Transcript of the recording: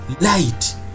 light